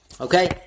Okay